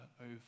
over